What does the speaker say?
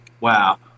Wow